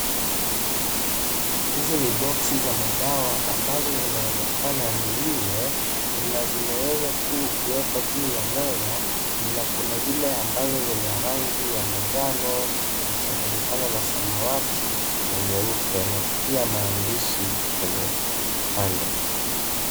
Hizi ni boksi za madawa ambazo zinaonekana ni nne na zimewezwa kuwekwa juu ya meza na kuna zile ambazo zina rangi ya manjano imechanganyikana na samawati na nyeupe na pia maandishi kwenye upande.